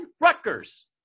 Rutgers